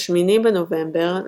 ב-8 בנובמבר,